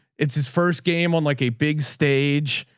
it's his first game on like a big stage.